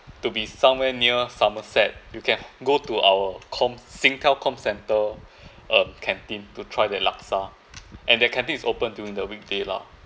to be somewhere near somerset you can go to our com~ Singtel comcentre um canteen to try their laksa and their canteen is open too in the weekday lah